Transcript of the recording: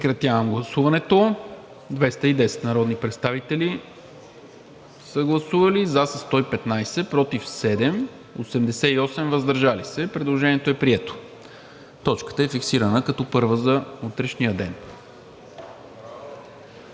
Прегласуване. Гласували 210 народни представители: за 115, против 7, въздържали се 88. Предложението е прието. Точката е фиксирана като първа за утрешния ден.